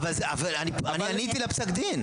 אבל אני עניתי לפסק הדין.